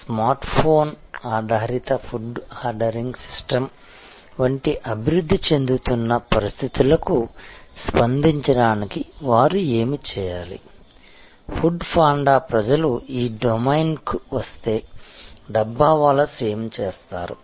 smartphone ఆధారిత food ordering system వంటి అభివృద్ధి చెందుతున్న పరిస్థితులకు స్పందించడానికి వారు ఏమి చేయాలి ఫుడ్ పాండా ప్రజలు ఈ డొమైన్కు వస్తే డబ్బవాలాస్ ఏమి చేస్తారు